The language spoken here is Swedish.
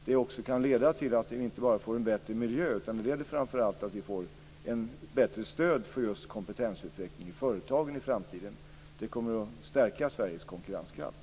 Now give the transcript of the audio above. Det leder inte bara till att vi får en bättre miljö, utan det leder framför allt till att vi får ett bättre stöd för just kompetensutveckling i företagen i framtiden. Det kommer att stärka Sveriges konkurrenskraft.